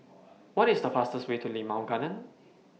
What IS The fastest Way to Limau Garden